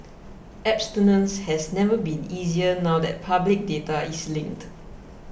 abstinence has never been easier now that public data is linked